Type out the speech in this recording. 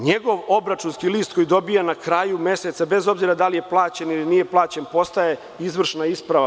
Njegov obračunski list koji dobija na kraju meseca, bez obzira da li je plaćen ili nije plaćen, postaje izvršna isprava.